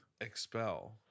Expel